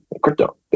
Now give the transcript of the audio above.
crypto